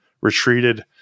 retreated